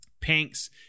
Pinks